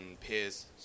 peers